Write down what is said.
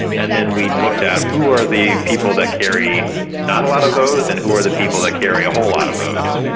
and then we looked at who are the people that carry not a lot of those and who are the people who carry a whole lot of those.